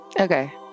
Okay